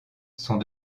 sont